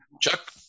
Chuck